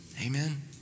Amen